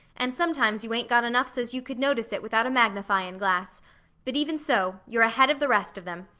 and sometimes you ain't got enough so's you could notice it without a magnifyin' glass but even so, you're ahead of the rest of them.